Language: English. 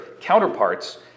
counterparts